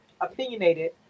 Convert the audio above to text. Opinionated